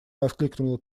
воскликнула